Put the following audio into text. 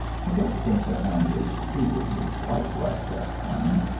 i don't think the handlers treated me quite right that time,